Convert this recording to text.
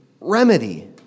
remedy